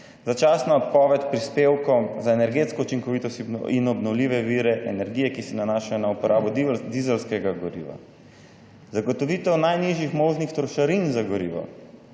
začasna odpoved prispevkov za energetsko učinkovitost in obnovljive vire energije, ki se nanašajo na uporabo dizelskega goriva, zagotovitev najnižjih možnih trošarin za gorivo,